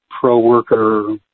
pro-worker